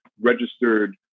registered